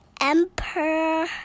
emperor